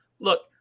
look